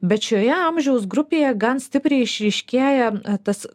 bet šioje amžiaus grupėje gan stipriai išryškėja tas